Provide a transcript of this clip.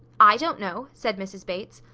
i don't know, said mrs. bates.